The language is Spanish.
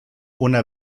una